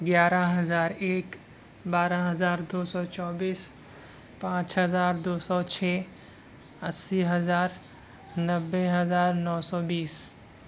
گیارہ ہزار ایک بارہ ہزار دو سو چوبیس پانچ ہزار دو سو چھ اسّی ہزار نبے ہزار نو بیس